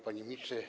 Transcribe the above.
Panie Ministrze!